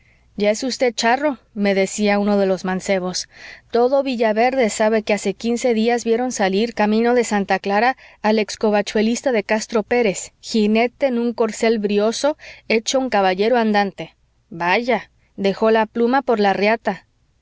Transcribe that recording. ya es usted charro me decía uno de los mancebos todo villaverde sabe que hace quince días vieron salir camino de santa clara al ex covachuelista de castro pérez jinete en un corcel brioso hecho un caballero andante vaya dejó la pluma por la reata